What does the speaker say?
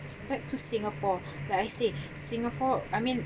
back to singapore like I say singapore I mean